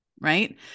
right